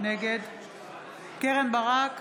נגד קרן ברק,